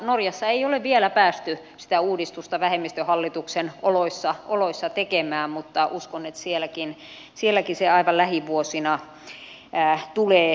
norjassa ei ole vielä päästy sitä uudistusta vähemmistöhallituksen oloissa tekemään mutta uskon että sielläkin se aivan lähivuosina tulee eteen